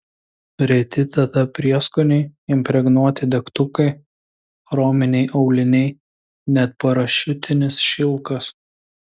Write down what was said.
reti tada prieskoniai impregnuoti degtukai chrominiai auliniai net parašiutinis šilkas